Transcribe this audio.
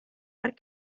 what